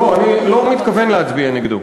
לא, אני לא מתכוון להצביע נגדו.